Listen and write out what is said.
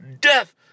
death